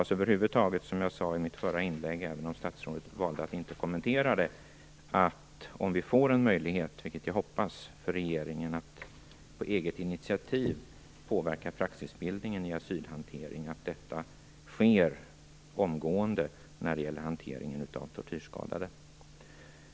Som jag sade i mitt förra inlägg, även om statsrådet valde att inte kommentera det, hoppas jag att det blir möjligt för regeringen att på eget initiativ påverka praxisbildningen i asylhanteringen och att detta sker omgående när det gäller hanteringen av tortyrskadade.